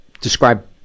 Describe